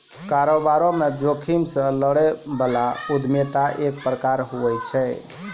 कारोबार म जोखिम से लड़ै बला उद्यमिता एक प्रकार होय छै